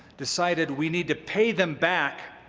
decided we need to pay them back.